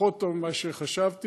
פחות טוב ממה שחשבתי,